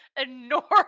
enormous